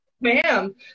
ma'am